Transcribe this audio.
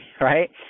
right